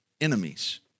enemies